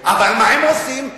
אבל מה הם עושים?